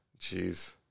Jeez